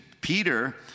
Peter